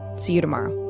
see you tomorrow